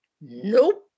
Nope